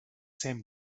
same